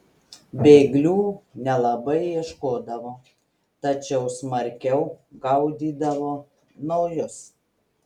bėglių nelabai ieškodavo tačiau smarkiau gaudydavo naujus